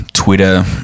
Twitter